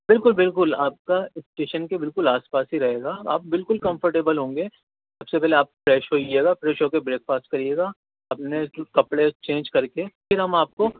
بالکل بالکل آپ کا اسٹیشن کے بالکل آس پاس ہی رہے گا آپ بالکل کمفرٹیبل ہوں گے سب سے پہلے آپ فریش ہوئیے گا فریش ہو کے بریکفاسٹ کریے گا اپنے کپڑے چینج کر کے پھر ہم آپ کو